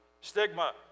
stigma